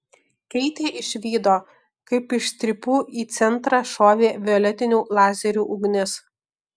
keitė išvydo kaip iš strypų į centrą šovė violetinių lazerių ugnis